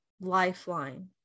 lifeline